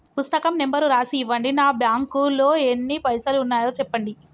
పుస్తకం నెంబరు రాసి ఇవ్వండి? నా బ్యాంకు లో ఎన్ని పైసలు ఉన్నాయో చెప్పండి?